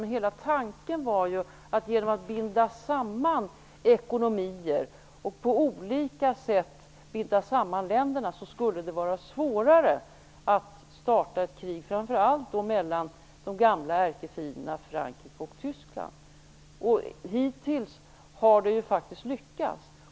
Men hela tanken var att man genom att på olika sätt binda samman ekonomier och länder skulle göra det svårare att starta ett krig, framför allt mellan de gamla ärkefienderna Hittills har det ju faktiskt lyckats.